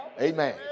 Amen